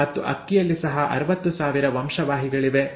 ಮತ್ತು ಅಕ್ಕಿಯಲ್ಲಿ ಸಹ 60000 ವಂಶವಾಹಿಗಳಿವೆ